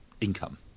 income